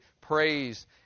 praise